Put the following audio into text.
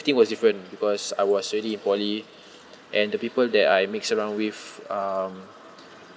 everything was different because I was already in poly and the people that I mix around with um